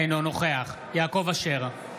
אינו נוכח יעקב אשר,